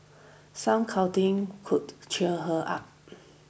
some cuddling could cheer her up